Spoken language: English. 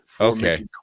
okay